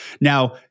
now